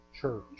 church